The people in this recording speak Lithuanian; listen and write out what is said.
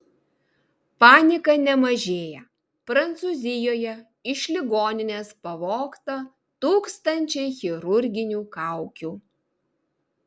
panika nemažėją prancūzijoje iš ligoninės pavogta tūkstančiai chirurginių kaukių